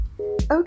Okay